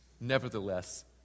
Nevertheless